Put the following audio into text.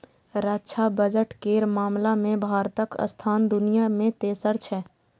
रक्षा बजट केर मामला मे भारतक स्थान दुनिया मे तेसर छै